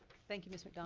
thank you ms. like um